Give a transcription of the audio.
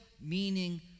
meaning